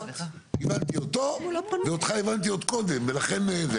הבנתי אותו ואותך הבנתי עוד קודם ולכן.